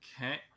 Okay